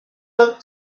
looked